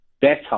better